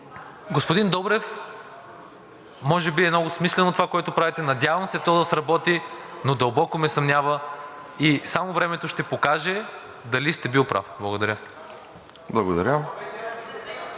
Господин Добрев, може би е много смислено това, което правите. Надявам се то да сработи, но дълбоко ме съмнява и само времето ще покаже дали сте били прав. Благодаря.